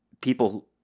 People